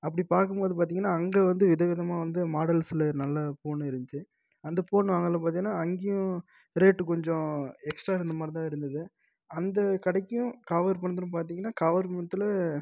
அப்படி பார்க்கும் போது பார்த்தீங்கன்னா அங்கே வந்து வித விதமாக வந்து மாடல்ஸ் உள்ள நல்ல ஃபோனு இருந்துச்சி அந்த ஃபோன் வாங்கையில் பார்த்தீங்கன்னா அங்கேயும் ரேட்டு கொஞ்சம் எக்ஸ்டா இருந்த மாதிரி தான் இருந்தது அந்த கடைக்கும் காவேரிப்பட்டிணத்துலும் பார்த்தீங்கன்னா காவேரிப்பட்டிணத்துல